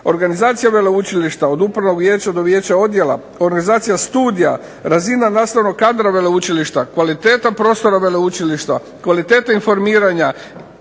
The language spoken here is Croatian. organizacija veleučilišta od upravnog vijeća do vijeća odjela, organizacija studija, razina nastavnog kadra veleučilišta, kvaliteta prostora veleučilišta, kvaliteta informiranja,